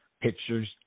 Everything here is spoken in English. pictures